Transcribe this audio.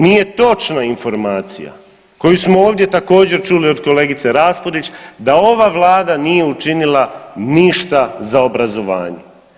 Nije točna informacija koju smo ovdje također čuli od kolegice Raspudić da ova vlada nije učinila ništa za obrazovanje.